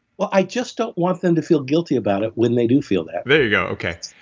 well, i just don't want them to feel guilty about it when they do feel that there you go. okay.